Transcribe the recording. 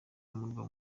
umurwa